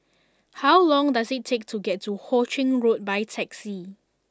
how long does it take to get to Ho Ching Road by taxi